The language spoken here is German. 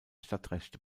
stadtrechte